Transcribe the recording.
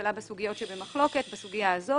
לממשלה בסוגיות שבמחלוקת בעניין זה.